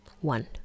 One